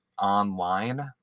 online